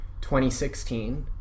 2016